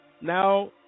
now